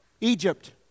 Egypt